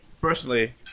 Personally